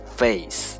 face